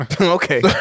Okay